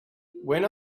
when